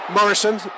Morrison